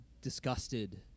disgusted